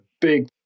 big